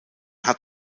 hat